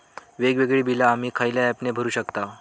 वेगवेगळी बिला आम्ही खयल्या ऍपने भरू शकताव?